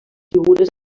figures